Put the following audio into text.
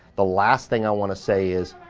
the last thing i wanna say is,